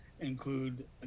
include